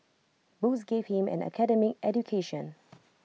books gave him an academic education